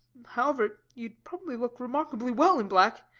however, you'd probably look remarkably well in black,